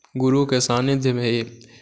गुरुके सान्निध्यमे ही